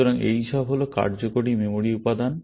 সুতরাং এই সব হল কার্যকরী মেমরি উপাদান